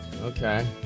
Okay